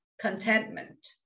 contentment